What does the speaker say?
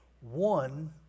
One